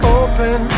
open